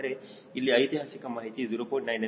ಹಾಗಾದರೆ ಇಲ್ಲಿ ಐತಿಹಾಸಿಕ ಮಾಹಿತಿ 0